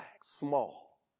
small